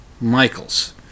Michael's